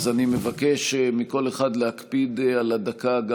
אז אני מבקש מכל אחד להקפיד על הדקה גם